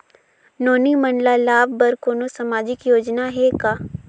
नोनी मन ल लाभ बर कोनो सामाजिक योजना हे का?